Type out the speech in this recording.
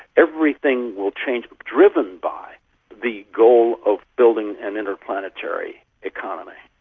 everything will change, driven by the goal of building an inter-planetary economy.